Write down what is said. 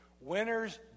Winners